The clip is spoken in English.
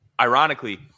ironically